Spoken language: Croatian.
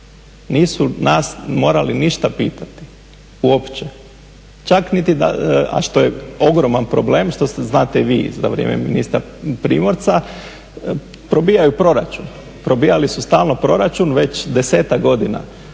nisu nas morali ništa pitati, uopće. Čak niti, a što je ogroman problem, što znate i vi za vrijeme ministra Primorca, probijaju proračun, probijali su stalno proračun već desetak godina,